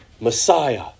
Messiah